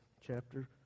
chapter